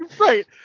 Right